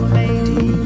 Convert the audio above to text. lady